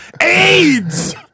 AIDS